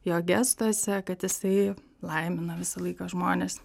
jo gestuose kad jisai laimina visą laiką žmonės